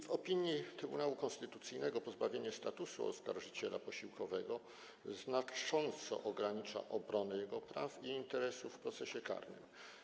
W opinii Trybunału Konstytucyjnego pozbawienie statusu oskarżyciela posiłkowego znacząco ogranicza możliwość obrony jego praw i interesów w procesie karnym.